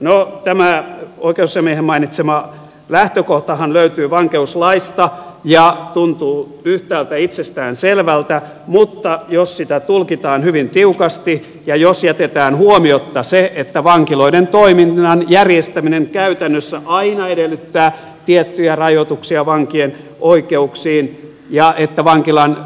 no tämä oikeusasiamiehen mainitsema lähtökohtahan löytyy vankeuslaista ja tuntuu yhtäältä itsestään selvältä mutta jos sitä tulkitaan hyvin tiukasti ja jos jätetään huomiotta se että vankiloiden toiminnan järjestäminen käytännössä aina edellyttää tiettyjä rajoituksia vankien oikeuksiin ja että vankilan